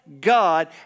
God